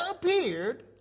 appeared